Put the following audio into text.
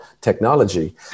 technology